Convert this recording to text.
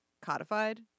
codified